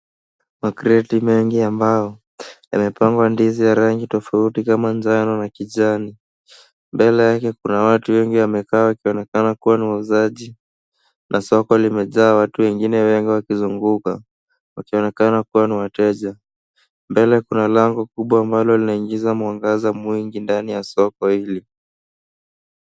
Ma crate mengi ambao imepangwa ndizi ya rangi tofauti kama njano na kijani mbele yake kuna watu wengi wamekaa wakionekana kuwa ni wauzaji, na soko limejaa watu wengine wengi wakizunguka, wakionekana kuwa ni wateja, mbele kuna lango kubwa ambalo linaingiza mwangaza mwingi ndani ya soko hili.